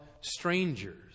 strangers